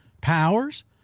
Powers